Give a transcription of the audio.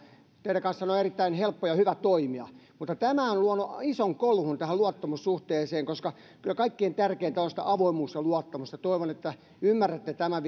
teidän kanssanne on erittäin helppo ja hyvä toimia mutta tämä on luonut ison kolhun tähän luottamussuhteeseen koska kyllä kaikkein tärkeintä on avoimuus ja luottamus ja toivon että ymmärrätte tämän